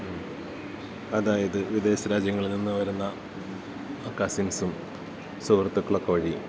അതായത് വിദേശ രാജ്യങ്ങളിൽ നിന്ന് വരുന്ന കസിൻസ്സും സുഹൃത്തുക്കളുമൊക്കെ വഴി